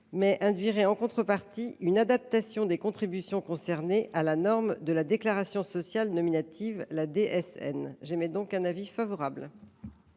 mais induirait en contrepartie une adaptation des contributions concernées à la norme de la déclaration sociale nominative (DSN). La commission émet donc un avis favorable